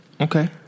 Okay